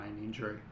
injury